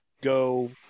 go